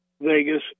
Vegas